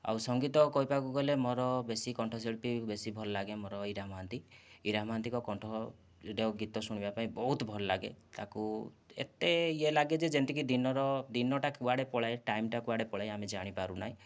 ଆଉ ସଙ୍ଗୀତ କହିବାକୁ ଗଲେ ମୋର ବେଶୀ କଣ୍ଠଶିଳ୍ପୀ ବେଶୀ ଭଲ ଲାଗନ୍ତି ଆମର ଇରା ମହାନ୍ତି ଇରା ମହାନ୍ତିଙ୍କ କଣ୍ଠରୁ ଗୀତ ଶୁଣିବା ପାଇଁ ବହୁତ ଭଲ ଲାଗେ ତାଙ୍କୁ ଏତେ ଇଏ ଲାଗେ ଯେ ଯେମିତିକି ଦିନର ଦିନଟା କୁଆଡ଼େ ପଳାଏ ଟାଇମ୍ ଟା କୁଆଡ଼େ ପଳାଏ ଆମେ ଜାଣି ପାରୁନା